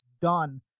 done